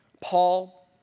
Paul